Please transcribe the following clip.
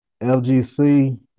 LGC